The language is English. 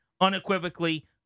unequivocally